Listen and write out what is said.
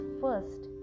first